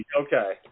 Okay